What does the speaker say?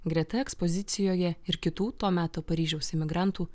greta ekspozicijoje ir kitų to meto paryžiaus imigrantų